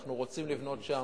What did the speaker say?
אנחנו רוצים לבנות שם,